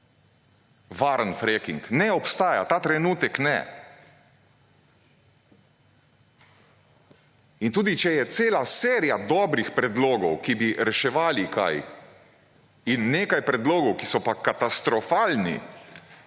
varen freaking ne obstaja ta trenutek ne. Tudi, če je cela serija dobrih predlogov, ki bi reševali kaj in nekaj predlogov, ki so pa katastrofalni